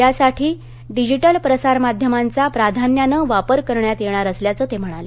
यासाठी डिजिटल प्रसारमाध्यमांचा प्राधान्यानं वापर करण्यात येणार असल्याचं ते म्हणाले